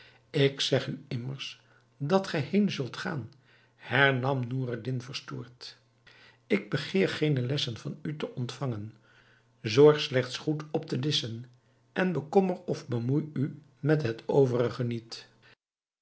ik zeg u immers dat gij heên zult gaan hernam noureddin verstoord ik begeer geene lessen van u te ontvangen zorg slechts goed op te disschen en bekommer of bemoei u met het overige niet